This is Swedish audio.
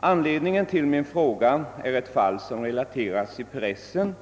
Anledningen till min fråga är ett fall som relaterats i pressen.